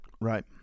Right